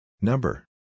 number